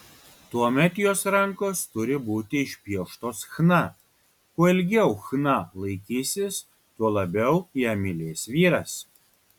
tuomet jos rankos turi būti išpieštos chna kuo ilgiau chna laikysis tuo labiau ją mylės vyras